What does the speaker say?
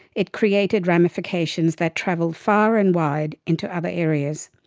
it created ramifications that travelled far and wide into other areas.